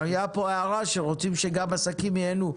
הייתה פה הערה שרוצים שגם עסקים ייהנו.